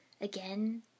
again